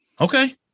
Okay